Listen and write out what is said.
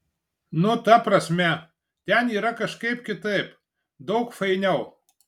nu ta prasme ten yra kažkaip kitaip daug fainiau